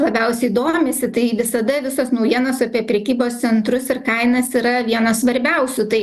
labiausiai domisi tai visada visos naujienos apie prekybos centrus ir kainas yra vienos svarbiausių tai